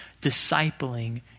discipling